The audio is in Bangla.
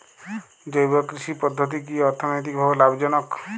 জৈব কৃষি পদ্ধতি কি অর্থনৈতিকভাবে লাভজনক?